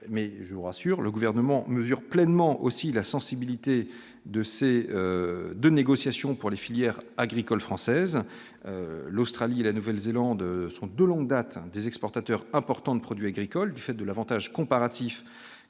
mais je vous rassure le gouvernement mesure pleinement aussi la sensibilité de ces de négociations pour les filières agricoles françaises, l'Australie et la Nouvelle-Zélande sont de longue date des exportateurs importants de produits agricoles, du fait de l'Avantage comparatif